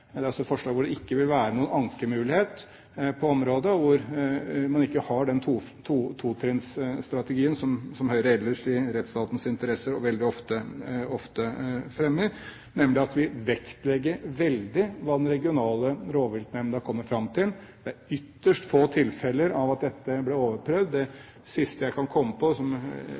Det er altså et forslag hvor det ikke vil være noen ankemulighet på området, og hvor man ikke har den totrinnsstrategien som Høyre ellers i rettsstatens interesser veldig ofte står for, nemlig at vi vektlegger veldig hva den regionale rovviltnemnda kommer fram til. Det er ytterst få tilfeller der dette er overprøvd. Det siste jeg kan komme på, var spørsmålet om gaupe i rovviltnemnda for Møre og Romsdal og Sør-Trøndelag, som